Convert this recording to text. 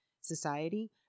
society